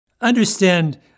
Understand